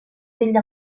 degli